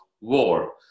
war